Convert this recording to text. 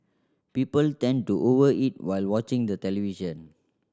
people tend to over eat while watching the television